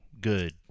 good